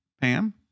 Pam